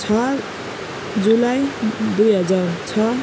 छ जुलाई दुई हजार छ